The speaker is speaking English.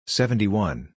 seventy-one